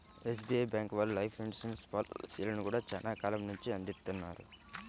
SBI bank వాళ్ళు life insurance పాలసీలను గూడా చానా కాలం నుంచే అందిత్తన్నారు